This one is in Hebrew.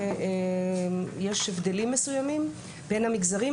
יש הבדלים מסוימים בין המגזרים,